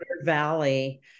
Valley